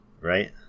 right